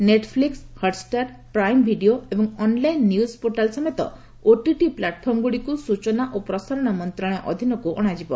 Netflix Hotstar prime video ଏବଂ online news portal ସମେତ OTT ପ୍ଲାଟ୍ଫର୍ମଗୁଡ଼ିକୁ ସ୍ବଚନା ଓ ପ୍ରସାରଣ ମନ୍ତ୍ରଣାଳୟ ଅଧୀନକୁ ଅଣାଯିବ